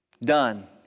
Done